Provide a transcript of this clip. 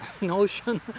notion